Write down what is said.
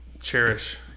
cherish